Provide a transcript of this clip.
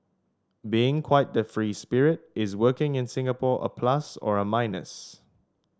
being quite the free spirit is working in Singapore a plus or a minus